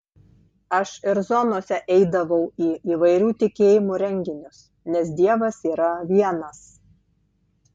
aš ir zonose eidavau į įvairių tikėjimų renginius nes dievas yra vienas